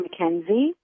McKenzie